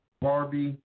Barbie